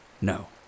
No